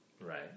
Right